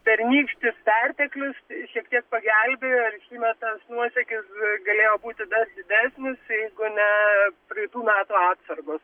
pernykštis perteklius šiek tiek pagelbėjo ir šįmet tas nuosekis galėjo būti dar didesnis jeigu ne praeitų metų atsargos